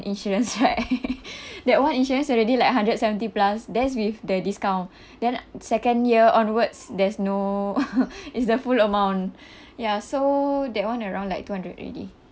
insurance right that one insurance already like hundred and seventy plus that's with the discount then second year onwards there's no is the full amount ya so that one around like two hundred already